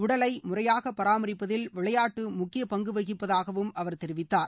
உடலை முறையாக பராமரிப்பதில் விளையாட்டு முக்கிய பங்கு வகிப்பதாகவும் அவர் தெரிவித்தார்